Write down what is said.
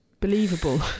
believable